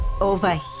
Over